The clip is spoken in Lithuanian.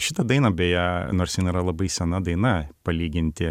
šitą dainą beje nors jin yra labai sena daina palyginti